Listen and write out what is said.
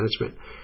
Management